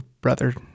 brother